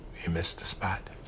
you missed a spot.